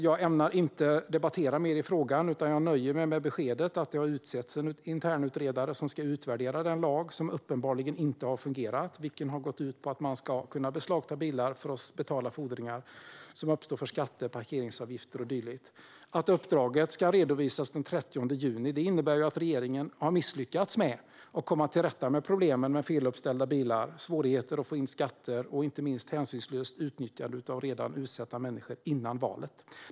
Jag ämnar inte debattera mer i frågan, utan jag nöjer mig med beskedet att det har utsetts en internutredare som ska utvärdera den lag som uppenbarligen inte har fungerat, vilken har gått ut på att man ska kunna beslagta bilar för att betala fordringar som uppstår för skatteskulder, parkeringsavgifter och dylikt. Att uppdraget ska redovisas den 30 juni innebär att regeringen har misslyckats med att före valet komma till rätta med problemen med feluppställda bilar, svårigheter att få in skatter och inte minst hänsynslöst utnyttjande av redan utsatta människor.